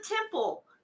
temple